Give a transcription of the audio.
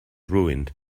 ruined